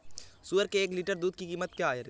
सुअर के एक लीटर दूध की कीमत क्या है?